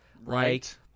right